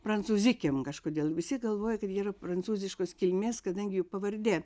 prancūzikėm kažkodėl visi galvojo kad yra prancūziškos kilmės kadangi jų pavardė